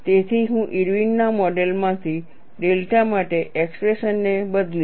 તેથી હું ઇરવિનના મોડેલ Irwin's modelમાંથી ડેલ્ટા માટે એક્સપ્રેશન ને બદલીશ